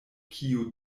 kiu